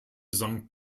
sankt